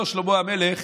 אומר שלמה המלך: